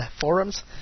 forums